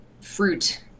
fruit